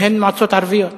הן מועצות ערביות.